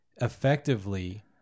effectively